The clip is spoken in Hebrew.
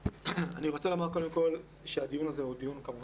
אני רוצה לומר קודם כול שהדיון הזה חשוב.